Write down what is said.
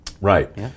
Right